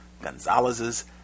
Gonzalez's